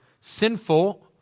sinful